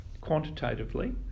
quantitatively